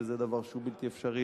וזה דבר שהוא בלתי אפשרי,